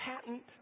patent